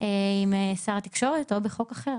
עם שר התקשורת, או בחוק אחר.